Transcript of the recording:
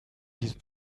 diesem